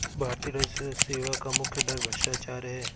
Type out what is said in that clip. भारतीय राजस्व सेवा का मुख्य डर भ्रष्टाचार है